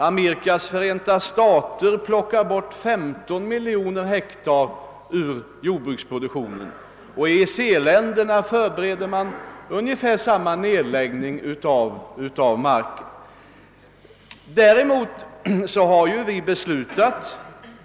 Amerikas förenta stater plockar bort ca 15 miljoner hektar ur jordbruksproduktionen, och i EEC-länderna förbereder man en nedläggning av jordbruksmarken av ungefär samma storlek.